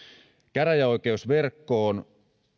käräjäoikeusverkosta